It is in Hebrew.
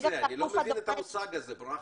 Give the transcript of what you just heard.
אני לא מבין את המושג הזה, ברכה.